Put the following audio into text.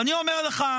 ואני אומר לך,